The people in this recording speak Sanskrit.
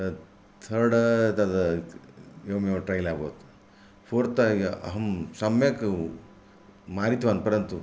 थर्ड् तत् एवमेव ट्रयल् अभवत् फोर्त् तत् अहं सम्यक् मारितवान् परन्तु